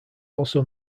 also